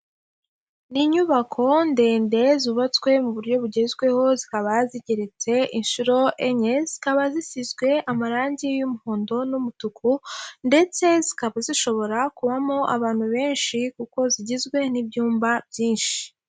Ni inyubako ndende zubatswe mu buryo bugezweho zikaba zigeretse inshuro enye, zikaba zisizwe amarange y'umuhondo n'umutuku ndetse zikaba zishobora kubamo abantu benshi kuko zigizwe n'ibyumba byinshi.